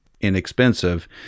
inexpensive